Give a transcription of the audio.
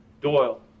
Doyle